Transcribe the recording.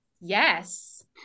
yes